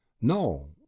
no